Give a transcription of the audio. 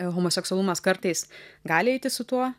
homoseksualumas kartais gali eiti su tuo